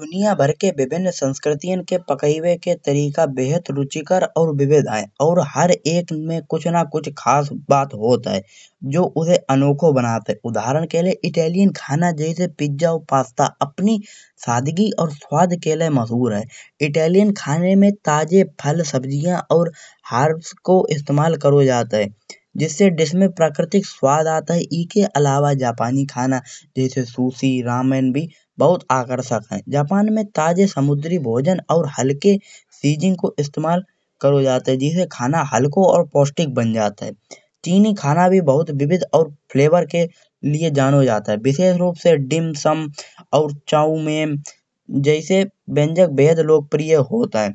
दुनिया भर के विभिन्न संस्कृतियन के पकइबे के तरीका बेहद रुचिकर अउर विविध है। अउर हर एक में कुछ ना कुछ खास बात होत है जो उसे अनोखो बनत है। उदाहरण के लिए इटैलियन खाना जैसे पिज्जा अउर पास्ता अपनी सादगी अउर स्वाद के लिए मशहूर है। इटैलियन खाने में ताजे फल सब्जिया अउर हर्ब्स को इस्तेमाल करो जात है जिससे डिश में प्राक्रतिक स्वाद आत है। एके अलावा जापानी खाना जैसे सुशी रमन ब बहोत आकर्षक है। जापान में ताजे समुद्री भोजन अउर हल्के चीजें को इस्तेमाल करो जात है खाना हल्को अउर पौष्टिक बन जात है। चीनी खाना भी बहोत विविध अउर फ्लेवर के लिए जानो जात है। विशेष रूप से डिमसम अउर चाउमिन जैसे व्यंजन बहुत लोकप्रिय होत है।